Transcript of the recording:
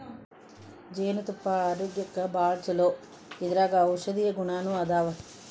ಜೇನತುಪ್ಪಾ ಆರೋಗ್ಯಕ್ಕ ಭಾಳ ಚುಲೊ ಇದರಾಗ ಔಷದೇಯ ಗುಣಾನು ಅದಾವ